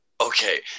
Okay